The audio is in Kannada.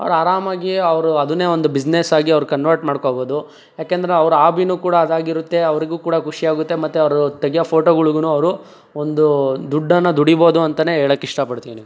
ಅವ್ರು ಆರಾಮಾಗಿ ಅವರು ಅದನ್ನೇ ಒಂದು ಬಿಸ್ನೆಸ್ಸಾಗಿ ಅವರು ಕನ್ವರ್ಟ್ ಮಾಡ್ಕೊಳ್ಬೋದು ಏಕೆಂದ್ರೆ ಅವ್ರು ಆಬಿನೂ ಕೂಡ ಅದಾಗಿರುತ್ತೆ ಅವರಿಗೂ ಕೂಡ ಖುಷಿಯಾಗುತ್ತೆ ಮತ್ತೆ ಅವರು ತೆಗಿಯೋ ಫೋಟೋಗಳಿಗೂ ಅವರು ಒಂದು ದುಡ್ಡನ್ನು ದುಡಿಬೋದು ಅಂತಲೇ ಹೇಳೋಕೆ ಇಷ್ಟಪಡ್ತೀನಿ